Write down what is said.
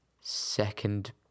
second